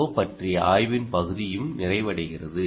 ஓ பற்றிய ஆய்வின் பகுதியும் நிறைவடைகிறது